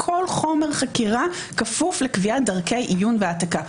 כל חומר חקירה כפוף לקביעת דרכי עיון והעתקה.